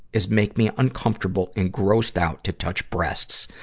is make me uncomfortable and grossed out to touch breasts,